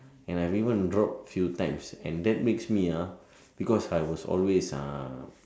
and I've even drop few times and that makes me ah because I was also ah